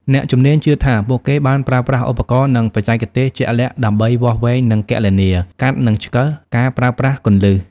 អ្នកជំនាញជឿថា ពួកគេបានប្រើប្រាស់ឧបករណ៍ និងបច្ចេកទេសជាក់លាក់ដើម្បី វាស់វែងនិងគណនា កាត់និងឆ្កឹះ ការប្រើប្រាស់គន្លឹះ។